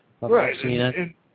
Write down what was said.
Right